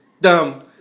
dumb